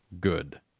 good